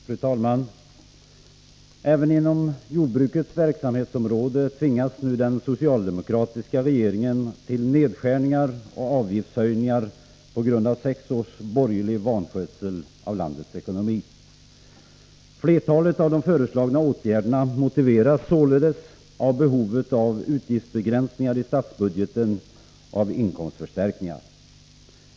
Fru talman! Även inom jordbrukets verksamhetsområde tvingas nu den socialdemokratiska regeringen till nedskärningar och avgiftshöjningar på grund av sex års borgerlig vanskötsel av landets ekonomi. Flertalet av de föreslagna åtgärderna motiveras således av behovet av utgiftsbegränsningar i statsbudgeten och av inkomstförstärkningar.